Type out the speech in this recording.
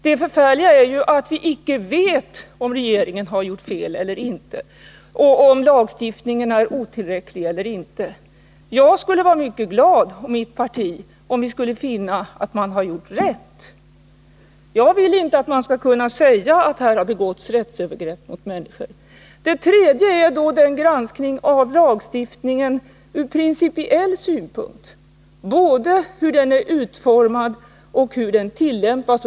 Det förfärliga är ju att vi icke vet om regeringen har handlat fel eller inte och om lagstiftningen är otillräcklig eller inte. Jag och mitt parti skulle vara mycket glada om vi skulle finna att regeringen har handlat rätt. Jag vill inte att man skall kunna säga att här har begåtts rättsövergrepp mot människor. För det tredje gäller diskussionen granskningen av lagstiftningen ur principiell synpunkt, en granskning av både hur den är utformad och hur den tillämpas.